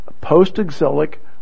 post-exilic